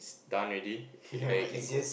done already okay then you can go